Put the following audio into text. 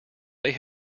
they